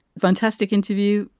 fantastic interview,